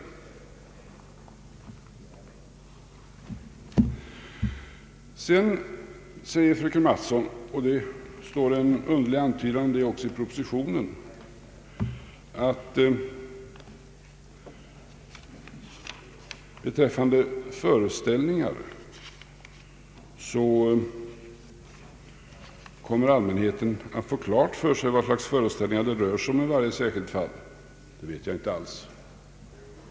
Fröken Mattson säger vidare, och det står en underlig antydan om det också i propositionen, att beträffande föreställningar kommer allmänheten att få klart för sig vad för slags föreställningar det rör sig om i varje särskilt fall. Jag vet inte alls om det kommer att bli så.